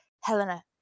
Helena